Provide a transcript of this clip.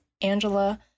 Angela